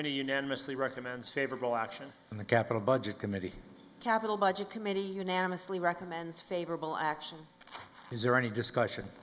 committee unanimously recommends favorable action in the capital budget committee capital budget committee unanimously recommends favorable action is there any discussion